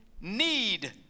need